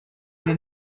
j’ai